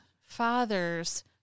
father's